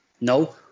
No